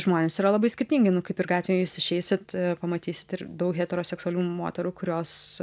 žmonės yra labai skirtingi nu kaip ir gatvėj jūs išeisit pamatysit ir daug heteroseksualių moterų kurios